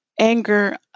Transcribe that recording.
Anger